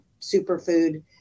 superfood